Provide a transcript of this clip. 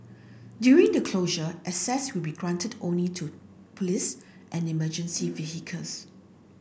during the closure access will be granted only to police and emergency vehicles